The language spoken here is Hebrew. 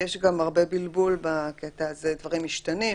כי יש גם הרבה בלבול בקטע הזה, דברים משתנים,